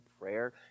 prayer